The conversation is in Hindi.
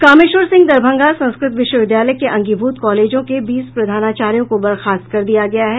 कामेश्वर सिंह दरभंगा संस्कृत विश्वविद्यालय के अंगीभूत कॉलेजों के बीस प्रधानाचार्यों को बर्खास्त कर दिया गया है